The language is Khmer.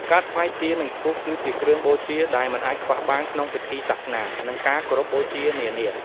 ការថ្វាយទៀន និងធូបគឺជាគ្រឿងបូជាដែលមិនអាចខ្វះបានក្នុងពិធីសាសនា និងការគោរពបូជានានា។